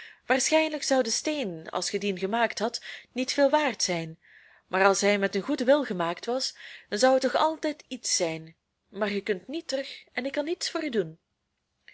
waarschijnlijk zou de steen als ge dien gemaakt hadt niet veel waard zijn maar als hij met een goeden wil gemaakt was dan zou het toch altijd iets zijn maar ge kunt niet terug en ik kan niets voor u doen